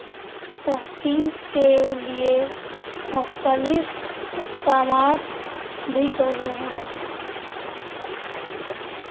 تحفظ کے لیے مختلف اقدامات بھی کر رہے ہیں